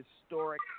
historic